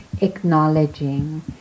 acknowledging